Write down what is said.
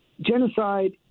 Genocide